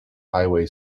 highway